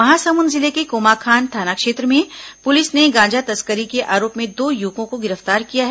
महासमुंद जिले के कोमाखान थाना क्षेत्र में पुलिस ने गांजा तस्करी के आरोप में दो युवकों को गिरफ्तार किया है